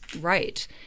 right